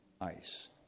ice